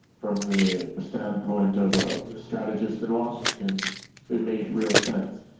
from the standpoint of a strategist in washington it made real sense.